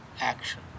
action